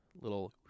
little